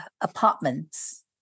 apartments